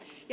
ja ed